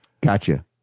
Gotcha